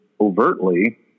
overtly